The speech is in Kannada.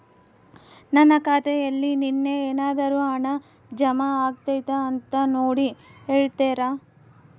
ನನ್ನ ಖಾತೆಯಲ್ಲಿ ನಿನ್ನೆ ಏನಾದರೂ ಹಣ ಜಮಾ ಆಗೈತಾ ಅಂತ ನೋಡಿ ಹೇಳ್ತೇರಾ?